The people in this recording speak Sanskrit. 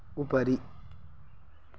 उपरि